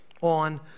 on